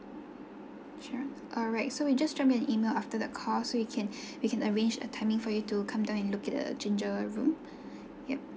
sure alright so we'll just drop you an email after the call so we can we can arrange a timing for you to come down and look at the ginger room yup